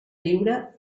lliure